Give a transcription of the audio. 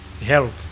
help